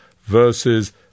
versus